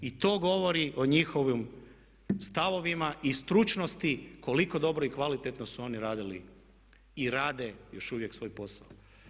I to govori o njihovim stavovima i stručnosti koliko dobro i kvalitetno su oni radili i rade još uvijek svoj posao.